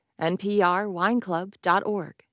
nprwineclub.org